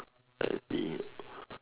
I see